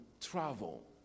Travel